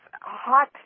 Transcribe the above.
hot